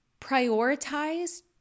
prioritize